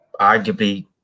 arguably